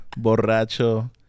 borracho